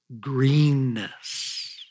greenness